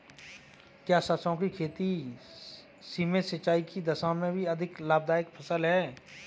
क्या सरसों की खेती सीमित सिंचाई की दशा में भी अधिक लाभदायक फसल है?